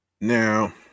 now